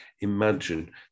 imagine